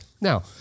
Now